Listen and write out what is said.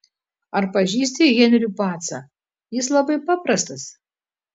ar pažįsti henrių pacą jis labai paprastas